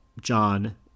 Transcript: John